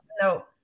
No